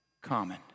common